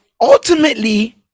ultimately